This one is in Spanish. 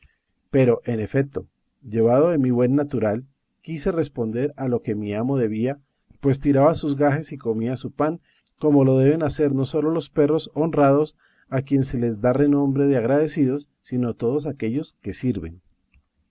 pero en efeto llevado de mi buen natural quise responder a lo que a mi amo debía pues tiraba sus gajes y comía su pan como lo deben hacer no sólo los perros honrados a quien se les da renombre de agradecidos sino todos aquellos que sirven